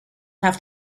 have